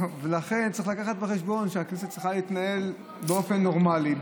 ולכן צריך להביא בחשבון שהכנסת צריכה להתנהל באופן נורמלי,